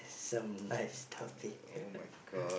some nice topic